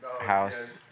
house